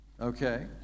Okay